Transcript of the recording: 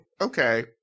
okay